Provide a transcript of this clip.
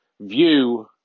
view